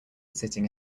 sitting